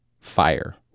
fire